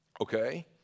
Okay